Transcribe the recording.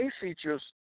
features